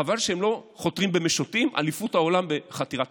חבל שהם לא חותרים במשוטים באליפות העולם בחתירה במשוטים.